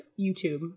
youtube